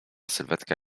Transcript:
sylwetka